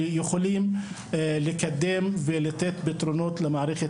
יכולים לקדם ולתת פתרונות למערכת